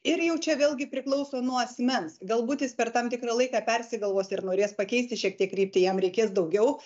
ir jau čia vėlgi priklauso nuo asmens galbūt jis per tam tikrą laiką persigalvos ir norės pakeisti šiek tiek kryptį jam reikės daugiau